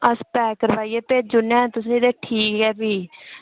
अस पैक करवाइयै भेजी उड़ने आं तुसेंगी ते ठीक ऐ फ्ही